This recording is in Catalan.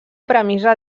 premissa